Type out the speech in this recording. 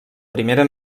primera